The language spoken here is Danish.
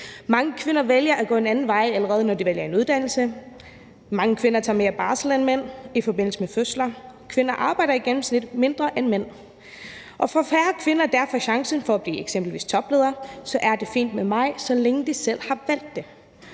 Mange kvinder vælger at gå en anden vej, allerede når de vælger en uddannelse. Mange kvinder tager mere barsel end mænd i forbindelse med fødsler. Kvinder arbejder i gennemsnit mindre end mænd. Og får færre kvinder derfor chancen for at blive eksempelvis topledere, er det fint med mig, så længe de selv har valgt det.